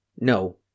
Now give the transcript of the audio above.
No